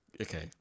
okay